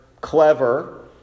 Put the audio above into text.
clever